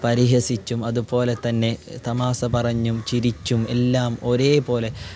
പരിഹസിച്ചും അതു പോലെ തന്നെ തമാശ പറഞ്ഞും ചിരിച്ചും എല്ലാം ഒരേ പോലെ